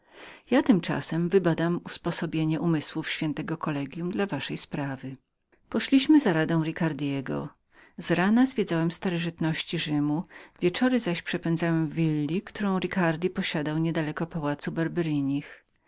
ja tymczasem wybadam usposobienie umysłów ś kollegium dla waszej sprawy poszliśmy za radą ricardego z rana zwiedzałem starożytności rzymu wieczory zaś przepędzałem w willi którą nasz opiekun posiadał niedaleko pałacu